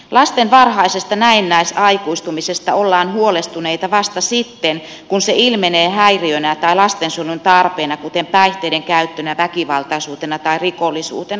lasten varhaisesta näennäisaikuistumisesta ollaan huolestuneita vasta sitten kun se ilmenee häiriöinä tai lastensuojelun tarpeena kuten päihteiden käyttönä väkivaltaisuutena tai rikollisuutena